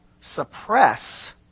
suppress